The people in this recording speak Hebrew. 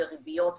בריביות וכו'.